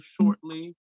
shortly